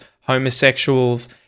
homosexuals